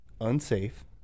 Unsafe